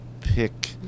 pick